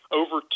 over